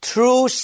True